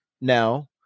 now